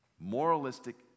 moralistic